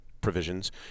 provisions